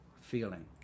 feeling